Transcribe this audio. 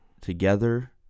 together